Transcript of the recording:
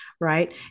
right